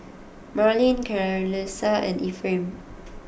Marlene Clarisa and Ephraim